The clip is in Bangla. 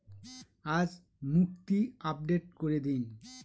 আজ মুক্তি আপডেট করে দিন